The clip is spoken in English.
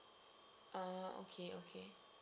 ah okay okay